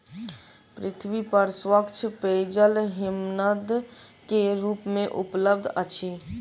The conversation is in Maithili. पृथ्वी पर स्वच्छ पेयजल हिमनद के रूप में उपलब्ध अछि